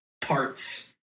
parts